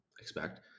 expect